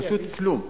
פשוט כלום.